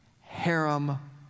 harem